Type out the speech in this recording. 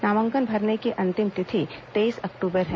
नामांकन भरने की अंतिम तिथि तेईस अक्टूबर है